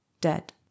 dead